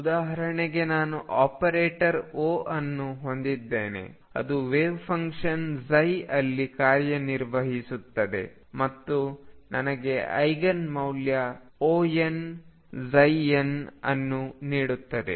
ಉದಾಹರಣೆಗೆ ನಾನು operator O ಅನ್ನು ಹೊಂದಿದ್ದೇನೆ ಅದು ವೆವ್ಫಂಕ್ಷನ್ ಅಲ್ಲಿ ಕಾರ್ಯನಿರ್ವಹಿಸುತ್ತದೆ ಮತ್ತು ನನಗೆ ಐಗನ್ ಮೌಲ್ಯ Onnಅನ್ನು ನೀಡುತ್ತದೆ